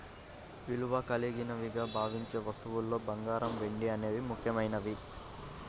విలువ కలిగినవిగా భావించే వస్తువుల్లో బంగారం, వెండి అనేవి ముఖ్యమైనవి